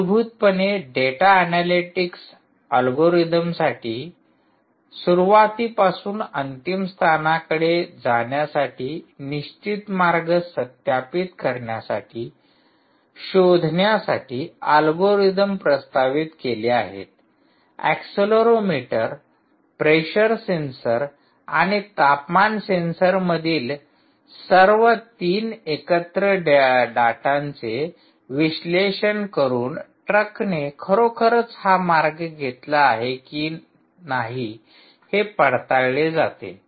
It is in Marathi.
मूलभूतपणे डेटा अनॅलिटीक्स अल्गोरिदमसाठी सुरुवातीपासून अंतिम स्थानाकडे जाण्यासाठी निश्चित मार्ग सत्यापित करण्यासाठी शोधण्यासाठी अल्गोरिदम प्रस्तावित केले आहेत ऍक्सेलेरोमीटर प्रेशर सेन्सर आणि तापमान सेन्सरमधील सर्व 3 एकत्र डेटाचे विश्लेषण करून ट्रकने खरोखरच हा मार्ग घेतला आहे की नाही हे पडताळले जाते